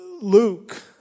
Luke